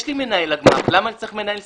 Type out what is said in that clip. יש לי מנהל לגמ"ח ולמה אני צריך מנהל סניף?